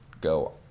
go